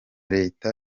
leta